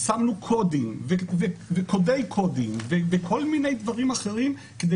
שמנו קודים וקודי קודים וכל מיני דברים אחרים כדי